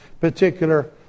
particular